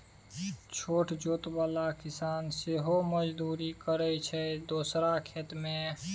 छोट जोत बला किसान सेहो मजदुरी करय छै दोसरा खेत मे